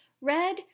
red